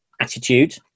attitude